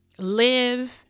live